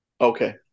Okay